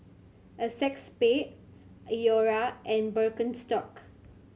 Acexspade Iora and Birkenstock